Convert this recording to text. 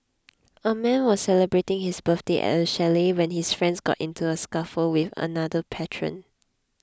a man was celebrating his birthday at a chalet when his friends got into a scuffle with another patron